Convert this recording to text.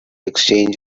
exchange